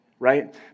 right